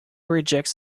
rejects